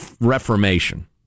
reformation